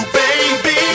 baby